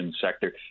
sector